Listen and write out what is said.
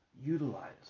utilize